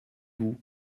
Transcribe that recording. vous